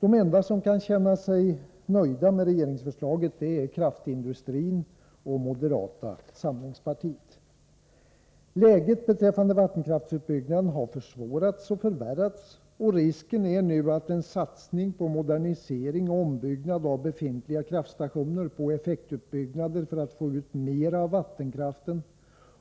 De enda som kan känna sig nöjda med regeringsförslaget är kraftindustrin och moderata samlingspartiet. Läget beträffande vattenkraftsutbyggnaden har försvårats och förvärrats, och risken är nu att en satsning på modernisering och ombyggnad av befintliga kraftstationer, på effektutbyggnader för att få ut mera av vattenkraften